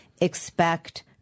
expect